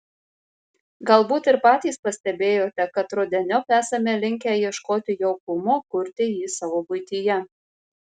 galbūt ir patys pastebėjote kad rudeniop esame linkę ieškoti jaukumo kurti jį savo buityje